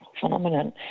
phenomenon